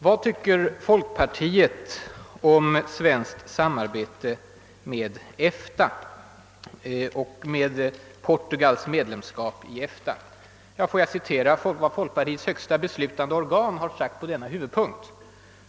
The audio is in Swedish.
Vad tycker folkpartiet om svenskt samarbete med EFTA och om Portugals medlemskap i denna organisation? Får jag då citera vad folkpartiets högsta beslutande organ sagt på denna punkt.